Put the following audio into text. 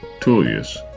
Tullius